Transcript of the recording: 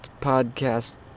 podcast